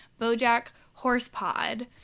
bojackhorsepod